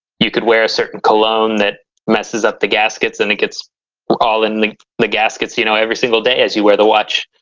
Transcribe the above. you could wear a certain cologne that messes up the gaskets and it gets all in the the gaskets, you know, every single as you wear the watch.